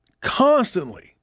Constantly